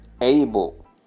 able